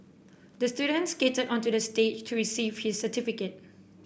the student skated onto the stage to receive his certificate